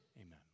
Amen